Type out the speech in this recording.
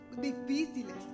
difíciles